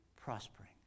prospering